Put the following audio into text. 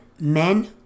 Men